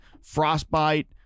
frostbite